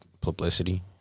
publicity